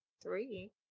Three